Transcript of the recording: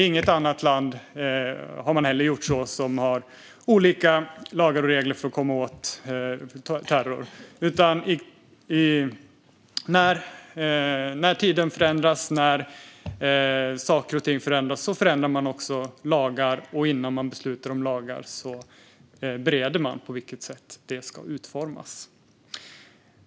Inget annat land som har lagar och regler för att komma åt terrorn har heller gjort så. När tiden förändras och när saker och ting förändras förändrar man också lagar, och innan man beslutar om lagar bereder man på vilket sätt de ska utformas.